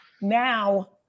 now